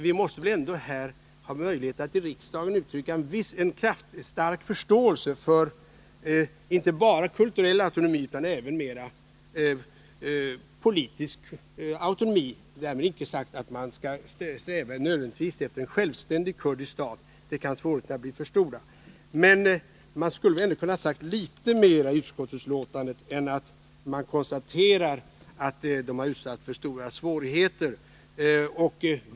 Vi måste väl ändå här i riksdagen ha möjligheter att uttrycka en stark förståelse för inte bara kulturell autonomi utan även en mera politisk autonomi. Därmed icke sagt att man nödvändigtvis skall sträva efter ett självständigt Kurdistan. Svårigheterna kan då bli för stora. Men utskottet skulle ändå ha kunnat säga litet mer i betänkandet än att bara konstatera att kurderna har utsatts för stora svårigheter.